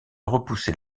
repousser